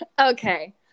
Okay